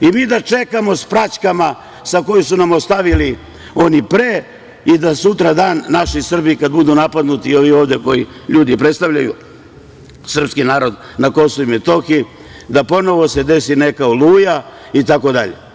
I mi da čekamo s praćkama koje su nam ostavili oni pre i da sutradan naši Srbi kada budu napadnuti i ovi ovde ljudi koji predstavljaju srpski narod na Kosovu i Metohiji, da se ponovo desi neka „Oluja“ itd.